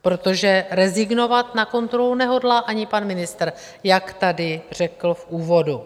Protože rezignovat na kontrolu nehodlá ani pan ministr, jak tady řekl v úvodu.